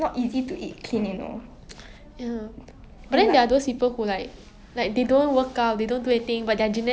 等下你 gain weight 等等 then I'm but then they eat so much right then it's okay eh I think it's because of genetics also